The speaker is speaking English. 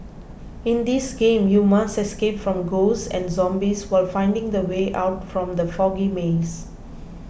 in this game you must escape from ghosts and zombies while finding the way out from the foggy maze